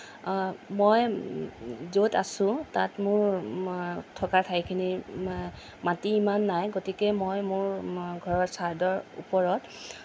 মই য'ত আছোঁ তাত মোৰ থকা ঠাইখিনিৰ মা মাটি ইমান নাই গতিকে মই মোৰ ঘৰৰ চাদৰ ওপৰত